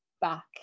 back